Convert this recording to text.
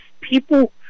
people